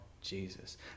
Jesus